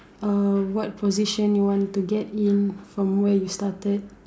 uh what position you want to get in from where you started